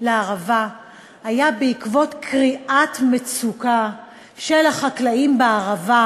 לערבה היה בעקבות קריאת מצוקה של החקלאים בערבה,